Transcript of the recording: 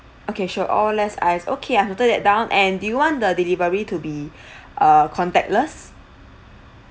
okay sure all less ice okay I've noted that down and do you want the delivery to be uh contactless